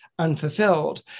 unfulfilled